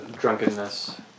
drunkenness